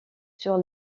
sur